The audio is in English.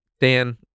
Dan